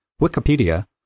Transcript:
Wikipedia